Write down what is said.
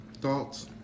thoughts